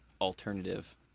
alternative